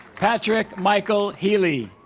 patrick michael healy